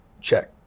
check